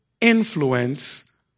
influence